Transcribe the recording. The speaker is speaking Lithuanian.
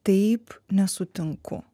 taip nesutinku